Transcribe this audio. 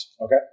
Okay